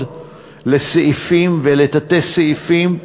לסעיפים ולתת-סעיפים.